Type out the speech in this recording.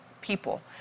people